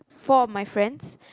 four of my friends